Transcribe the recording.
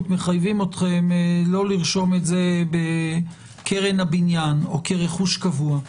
מחייבים אתכם לרשום את זה כקרן הבניין או כרכוש קבוע.